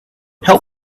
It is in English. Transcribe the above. help